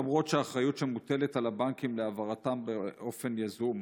למרות האחריות שמוטלת על הבנקים להעברתם באופן יזום,